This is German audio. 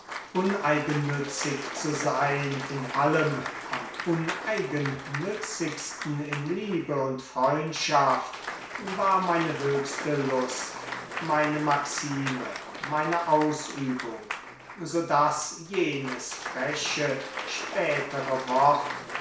uneigennützig zu sein in allem am uneigennützigsten in liebe und freundschaft war meine höchste lust meine maxime meine ausübung so daß jenes freche spätere wort